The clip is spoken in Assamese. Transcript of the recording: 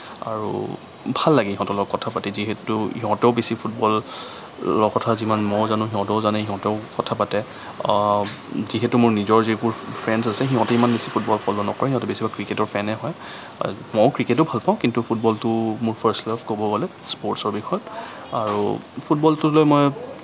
আৰু ভাল লাগে ইহঁতৰ লগত কথা পাতি যিহেতু ইহঁতেও বেছি ফুটবলৰ কথা যিমান মই জানো সিহঁতেও জানে সিহঁতেও কথা পাতে যিহেতু মোৰ নিজৰ যিবোৰ ফ্ৰেণ্ডছ আছে সিহঁতি ইমান বেছি ফুটবল ফ'ল' নকৰে সিহঁতে বেছিভাগ ক্ৰিকেটৰ ফেনে হয় ময়ো ক্ৰিকেটো ভাল পাওঁ কিন্তু ফুটবলটো মোৰ ফাৰ্ষ্ট লাভ ক'ব গ'লে স্পৰ্টছৰ দিশত আৰু ফুটবলটো লৈ মই